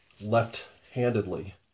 left-handedly